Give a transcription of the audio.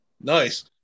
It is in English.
Nice